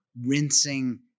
rinsing